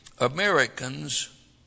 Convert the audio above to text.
Americans